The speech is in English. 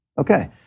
Okay